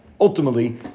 ultimately